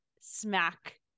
smack